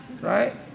right